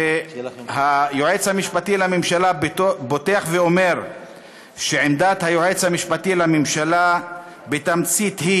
היועץ המשפטי לממשלה פותח ואומר שעמדתו בתמצית היא